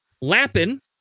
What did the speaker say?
Lappin